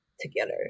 together